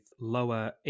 lower